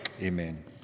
Amen